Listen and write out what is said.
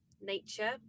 Nature